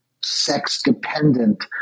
sex-dependent